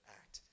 act